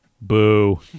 Boo